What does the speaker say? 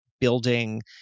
building